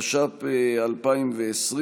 התש"ף 2020,